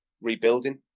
rebuilding